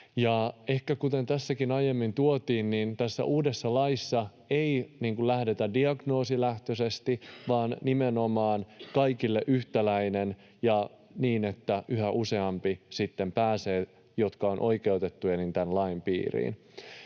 Ehkä, kuten tässäkin aiemmin tuotiin, tässä uudessa laissa ei lähdetä diagnoosilähtöisesti, vaan se on nimenomaan kaikille yhtäläinen niin, että yhä useampi, joka on oikeutettu, sitten pääsee tämän lain piiriin.